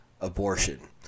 abortion